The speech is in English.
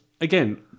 again